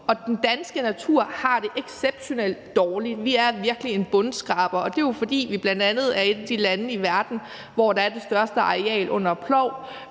og den danske natur har det exceptionelt dårligt. Vi er virkelig en bundskraber, og det er jo, fordi vi bl.a. er et af de lande i verden, hvor der er det største areal under plov,